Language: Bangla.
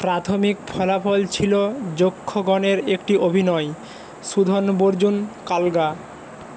প্রাথমিক ফলাফল ছিল যক্ষগণের একটি অভিনয় সুধনবর্জুন কালগা